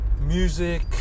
Music